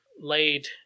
laid